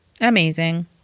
Amazing